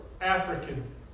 African